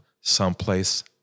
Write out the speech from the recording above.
someplace